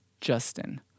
Justin